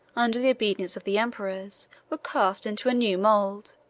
under the obedience of the emperors, were cast into a new mould